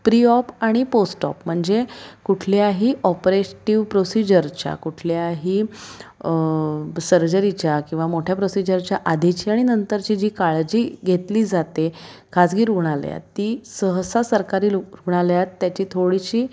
pre op आणि post op म्हणजे कुठल्याही ऑपरेश्टीव प्रोसिजरच्या कुठल्याही सर्जरीच्या किंवा मोठ्या प्रोसिजरच्या आधीची आणि नंतरची जी काळजी घेतली जाते खाजगी रुग्णालयात ती सहसा सरकारी लु रुग्णालयात त्याची थोडीशी